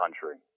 country